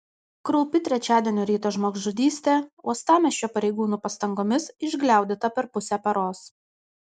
kraupi trečiadienio ryto žmogžudystė uostamiesčio pareigūnų pastangomis išgliaudyta per pusę paros